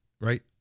right